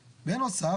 בנוסף,